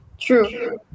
True